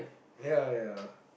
ya ya